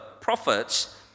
prophets